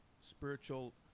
spiritual